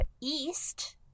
East